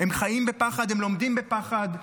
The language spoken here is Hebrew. הם חיים בפחד, הם לומדים בפחד.